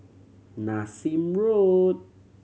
Nassim Road